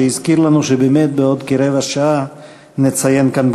שהזכיר לנו שבאמת בעוד כרבע שעה נציין כאן,